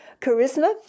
Charisma